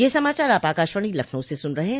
ब्रे क यह समाचार आप आकाशवाणी लखनऊ से सुन रहे हैं